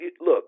Look